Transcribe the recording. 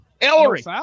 Ellery